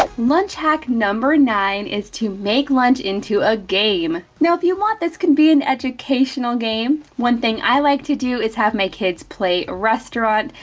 but lunch hack number nine is to make lunch into a game. now, if you want this can be an educational game. one thing i like to do, is have my kids play restaurant,